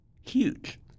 huge